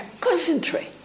concentrate